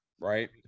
right